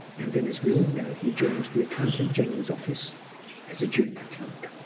and then as we all know, he joined the accountant general's office as a junior clerk.